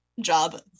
job